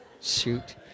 Shoot